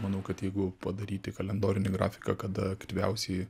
manau kad jeigu padaryti kalendorinį grafiką kada aktyviausiai